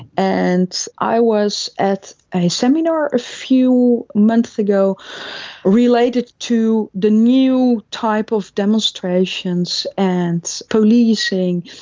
and i was at a seminar a few months ago related to the new type of demonstrations and policing,